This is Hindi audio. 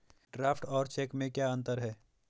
ड्राफ्ट और चेक में क्या अंतर है?